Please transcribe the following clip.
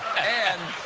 and